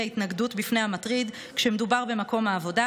התנגדות בפני המטריד כשמדובר במקום עבודה,